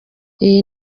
iyi